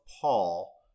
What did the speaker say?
Paul